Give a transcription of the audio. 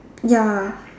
ya